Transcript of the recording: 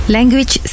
Language